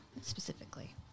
specifically